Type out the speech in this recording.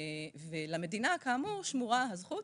למדינה, כאמור, שמורה הזכות